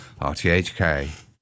RTHK